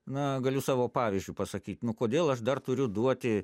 na galiu savo pavyzdžiu pasakyt nu kodėl aš dar turiu duoti